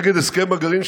נגד הסכם הגרעין,